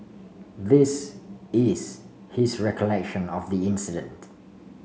this is his recollection of the incident